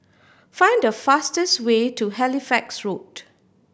find the fastest way to Halifax Road